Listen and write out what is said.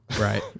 right